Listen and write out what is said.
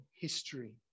history